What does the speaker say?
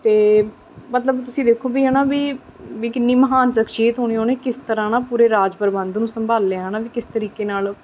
ਅਤੇ ਮਤਲਬ ਤੁਸੀਂ ਦੇਖੋ ਵੀ ਹੈ ਨਾ ਵੀ ਵੀ ਕਿੰਨੀ ਮਹਾਨ ਸ਼ਖਸੀਅਤ ਹੋਣੀ ਉਹਨੇ ਕਿਸ ਤਰ੍ਹਾਂ ਨਾ ਪੂਰੇ ਰਾਜ ਪ੍ਰਬੰਧ ਨੂੰ ਸੰਭਾਲਿਆ ਹੈ ਨਾ ਵੀ ਕਿਸ ਤਰੀਕੇ ਨਾਲ